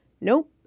Nope